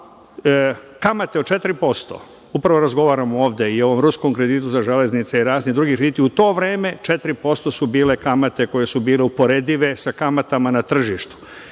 kamate od 4%, upravo razgovaramo ovde i o ovom ruskom kreditu za železnice i raznim drugim kreditima. U to vreme 4% su bile kamate koje su bile uporedive sa kamatama na tržištu.